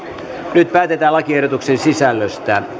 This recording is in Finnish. nyt päätetään lakiehdotuksen sisällöstä